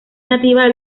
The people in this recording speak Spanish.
nativa